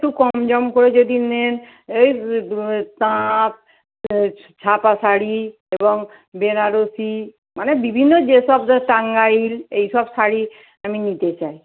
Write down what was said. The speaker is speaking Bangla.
একটু কম জম করে যদি নেন এই তাঁত ছাপা শাড়ি এবং বেনারসি মানে বিভিন্ন যেসব যা টাঙ্গাইল এই সব শাড়ি আমি নিতে চাই